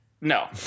no